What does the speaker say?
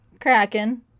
kraken